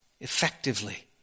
effectively